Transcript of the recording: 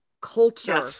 culture